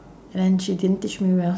then she didn't teach me well